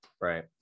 Right